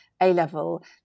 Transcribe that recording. A-level